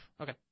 Okay